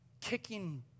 kicking